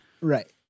Right